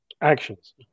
Actions